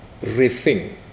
rethink